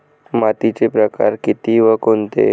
मातीचे प्रकार किती व कोणते?